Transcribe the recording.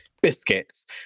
biscuits